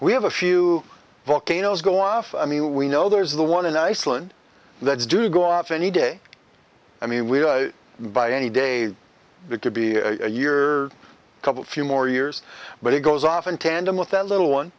we have a few volcanoes go off i mean we know there's the one in iceland that's due to go off any day i mean we by any day it could be your cup a few more years but it goes off in tandem with that little one